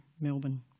Melbourne